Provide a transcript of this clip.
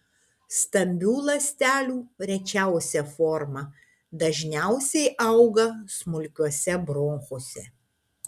stambių ląstelių rečiausia forma dažniausiai auga smulkiuose bronchuose